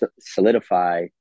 solidify